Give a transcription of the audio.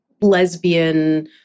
lesbian